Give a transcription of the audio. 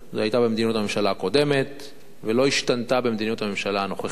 זו היתה מדיניות הממשלה הקודמת ולא השתנתה במדיניות הממשלה הנוכחית.